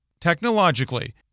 technologically